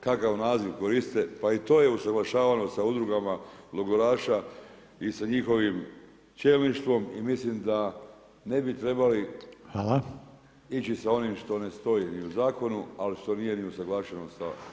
Kakav naziv koristite pa i to je usuglašavano sa udrugama logoraša i sa njihovim čelništvom i mislim da ne bi trebali ići sa onim što ne stoji [[Upadica Reiner: Hvala.]] i u zakonu a i što nije ni usuglašeno sa